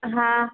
हा